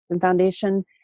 Foundation